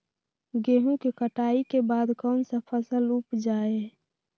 गेंहू के कटाई के बाद कौन सा फसल उप जाए?